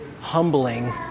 humbling